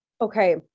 Okay